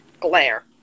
glare